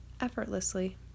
effortlessly